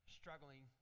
struggling